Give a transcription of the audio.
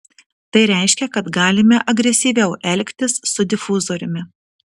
tai reiškia kad galime agresyviau elgtis su difuzoriumi